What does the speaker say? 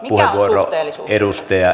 mikä on suhteellisuus